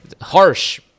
Harsh